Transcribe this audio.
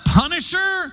punisher